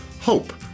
Hope